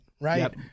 right